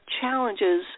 challenges